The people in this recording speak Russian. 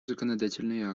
законодательные